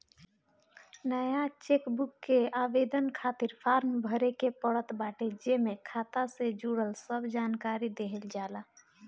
नया चेकबुक के आवेदन खातिर फार्म भरे के पड़त बाटे जेमे खाता से जुड़ल सब जानकरी देहल जाला